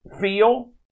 feel